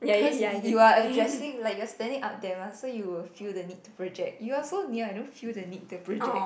cause you you are addressing like you are standing up there mah so you will feel the need to project you are so near I don't feel the need to project